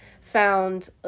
found